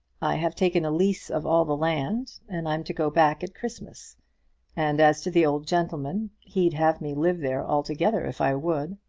i have taken a lease of all the land, and i'm to go back at christmas and as to the old gentleman he'd have me live there altogether if i would.